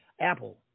Apple